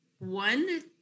One